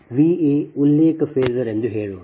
Va ಉಲ್ಲೇಖ ಫೇಸರ್ ಎಂದು ಹೇಳೋಣ